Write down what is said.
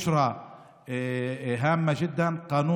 זו בשורה חשובה מאוד, חוק